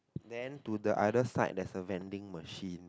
then to the other side there's a vending machine